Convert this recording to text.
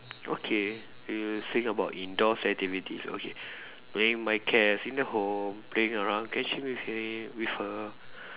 okay you saying about indoor activities okay playing my cats in the home playing around catching with him with her